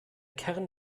kern